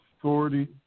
authority